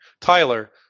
Tyler